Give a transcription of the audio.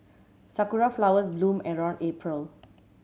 sakura flowers bloom around April